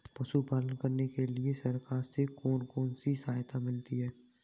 पशु पालन करने के लिए सरकार से कौन कौन सी सहायता मिलती है